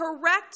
correct